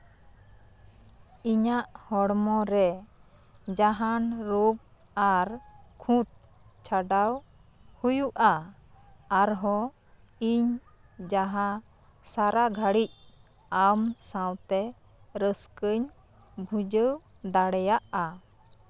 ᱤᱧᱟᱹᱜ ᱦᱚᱲᱢᱚᱨᱮ ᱡᱟᱦᱟᱱ ᱨᱳᱜᱽ ᱟᱨ ᱠᱷᱩᱸᱛ ᱪᱷᱟᱰᱟᱣ ᱦᱩᱭᱩᱜᱼᱟ ᱟᱨᱦᱚᱸ ᱤᱧ ᱡᱟᱦᱟᱸ ᱥᱟᱨᱟᱜᱷᱟᱹᱲᱤᱡᱽ ᱟᱢ ᱥᱟᱶᱛᱮ ᱨᱟᱹᱥᱠᱟᱹᱧ ᱵᱷᱩᱧᱡᱟᱹᱣ ᱫᱟᱲᱮᱭᱟᱜᱼᱟ